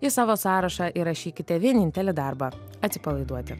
į savo sąrašą įrašykite vienintelį darbą atsipalaiduoti